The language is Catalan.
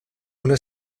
una